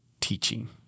teaching